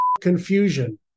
confusion